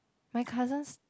my cousins